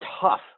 tough